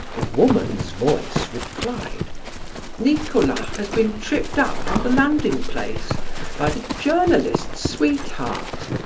a woman's voice replied nicolas has been tripped up on the landing-place by the journalist's sweetheart.